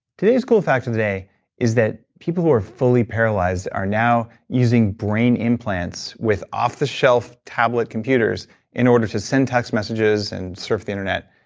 today's cool fact of the day is that people who are fully paralyzed are now using brain implants with off the shelf tablet computers in order to send text messages and surf the internet,